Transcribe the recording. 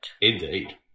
Indeed